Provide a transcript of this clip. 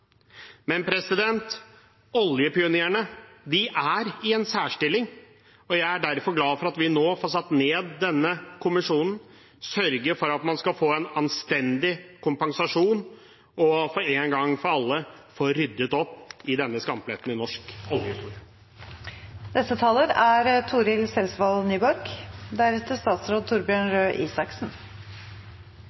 Men oljepionerene er i en særstilling, og jeg er derfor glad for at vi nå får satt ned denne kommisjonen, får sørget for at man skal få en anstendig kompensasjon, og en gang for alle få ryddet opp i denne skampletten i norsk oljehistorie. Kristeleg Folkeparti er